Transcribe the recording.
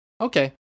Okay